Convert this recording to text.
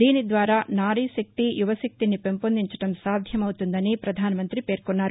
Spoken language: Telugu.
దీనిద్వారా నారీ శక్తి యువ శక్తిని పెంపొందించడం సాధ్యమపుతుందని ప్రుధానమంత్రి పేర్కొన్నారు